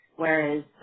Whereas